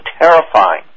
terrifying